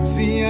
See